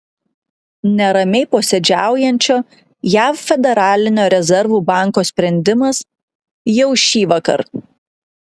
neramiai posėdžiaujančio jav federalinio rezervų banko sprendimas jau šįvakar